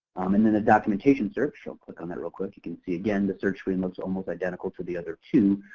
and then in the documentation search, i'll click on that real quick, you can see, again, the search one looks almost identical to the other two.